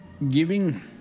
Giving